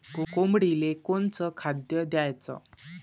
कोंबडीले कोनच खाद्य द्याच?